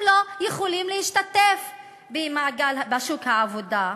הם לא יכולים להשתתף בשוק העבודה.